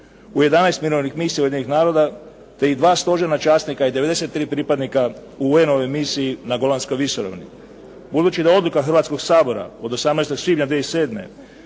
u 11 mirovnih misija Ujedinjenih naroda, te dva stožerna časnika i 93 pripadnika u UN-ovoj misiji na Golanskoj visoravni. Budući da odluka Hrvatskoga sabora od 18 svibnja 2007.